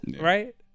right